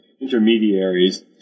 intermediaries